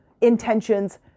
intentions